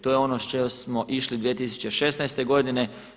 To je ono s čime smo išli 2016. godine.